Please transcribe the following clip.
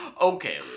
okay